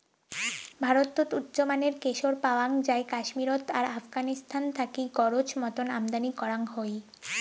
ভারতত উচ্চমানের কেশর পাওয়াং যাই কাশ্মীরত আর আফগানিস্তান থাকি গরোজ মতন আমদানি করাং হই